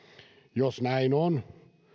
jos näin on